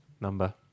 number